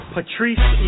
Patrice